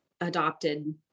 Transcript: adopted